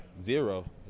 zero